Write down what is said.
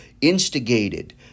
instigated